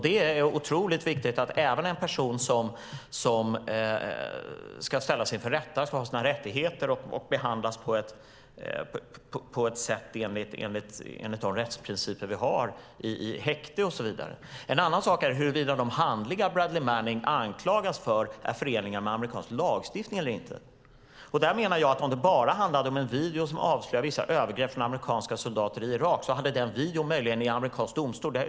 Det är otroligt viktigt att även en person som ska ställas inför rätta får sina rättigheter tillgodosedda och behandlas enligt rättsprinciperna i häkte och så vidare. En annan sak är huruvida de handlingar som Bradley Manning anklagas för är förenliga med amerikansk lagstiftning eller inte. Där menar jag att om det bara handlade om en video som avslöjar vissa övergrepp av amerikanska soldater i Irak hade det blivit en rättsprövning i amerikansk domstol.